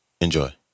Enjoy